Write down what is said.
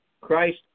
Christ